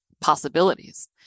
possibilities